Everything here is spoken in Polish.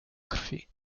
krwi